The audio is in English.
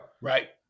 right